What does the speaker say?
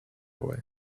away